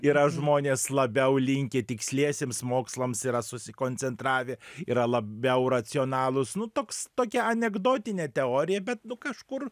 yra žmonės labiau linkę tiksliesiems mokslams yra susikoncentravę yra labiau racionalūs nu toks tokia anekdotinė teorija bet nu kažkur